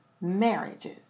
marriages